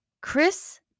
Chris